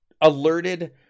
alerted